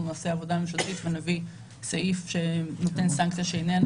נעשה עבודה ממשלתית ונביא סעיף שייתן סנקציה שאיננה